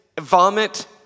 vomit